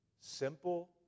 simple